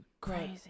Crazy